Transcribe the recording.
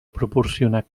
proporcionar